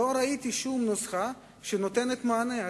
שנותנת מענה.